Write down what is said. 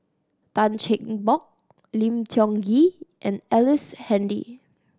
Tan Cheng Bock Lim Tiong Ghee and Ellice Handy